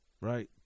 right